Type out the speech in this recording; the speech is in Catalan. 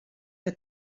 que